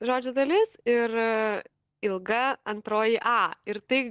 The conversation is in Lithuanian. žodžio dalis ir ilga antroji a ir tai